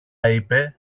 είπε